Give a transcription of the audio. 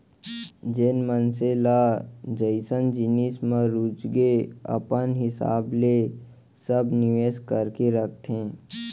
जेन मनसे ल जइसन जिनिस म रुचगे अपन हिसाब ले सब निवेस करके रखथे